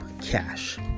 cash